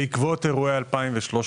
בעקבות אירועי 2013,